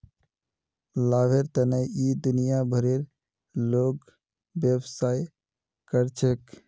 लाभेर तने इ दुनिया भरेर लोग व्यवसाय कर छेक